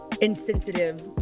insensitive